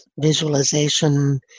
visualization